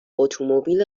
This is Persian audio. اتومبیل